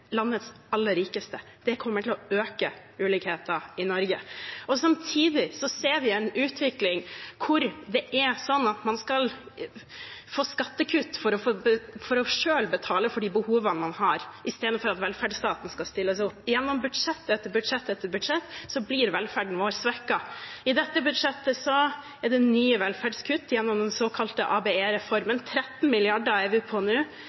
landets aller rikeste. Det kommer til å øke ulikheten i Norge. Samtidig ser vi en utvikling hvor det er sånn at man skal få skattekutt for selv å betale for de behovene man har, i stedet for at velferdsstaten skal stille opp. Gjennom budsjett etter budsjett etter budsjett blir velferden vår svekket. I dette budsjettet er det nye velferdskutt gjennom den såkalte ABE-reformen – 13 mrd. kr er vi på nå.